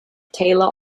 taylor